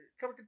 Come